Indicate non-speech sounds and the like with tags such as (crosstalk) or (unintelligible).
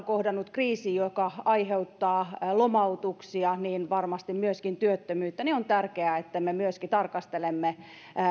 (unintelligible) kohdannut kriisi joka aiheuttaa lomautuksia varmasti myöskin työttömyyttä niin on tärkeää että me tarkastelemme myöskin